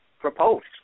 proposed